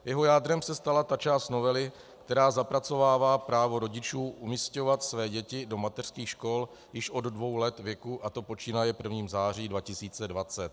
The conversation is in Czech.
Jeho jádrem se stala ta část novely, která zapracovává právo rodičů umísťovat své děti do mateřských škol již od dvou let věku, a to počínaje 1. září 2020.